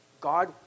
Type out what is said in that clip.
God